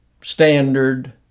standard